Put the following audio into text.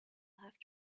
have